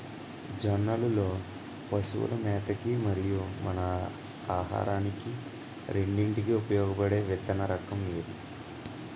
జొన్నలు లో పశువుల మేత కి మరియు మన ఆహారానికి రెండింటికి ఉపయోగపడే విత్తన రకం ఏది?